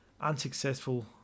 unsuccessful